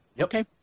Okay